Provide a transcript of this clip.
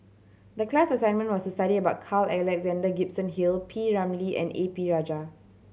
the class assignment was to study about Carl Alexander Gibson Hill P Ramlee and A P Rajah